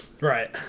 Right